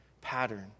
pattern